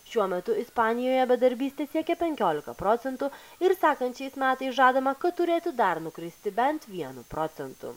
šiuo metu ispanijoje bedarbystė siekia penkiolika procentų ir sekančiais metais žadama kad turėtų dar nukristi bent vienu procentu